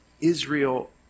Israel